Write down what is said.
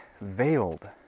veiled